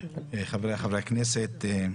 חברי חברי הכנסת,